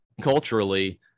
culturally